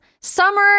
summer